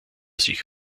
sich